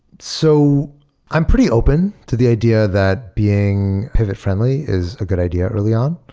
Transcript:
so i'm pretty open to the idea that being pivot friendly is a good idea early on.